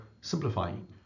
simplifying